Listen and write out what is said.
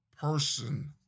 person